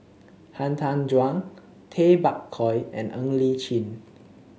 Han Tan Juan Tay Bak Koi and Ng Li Chin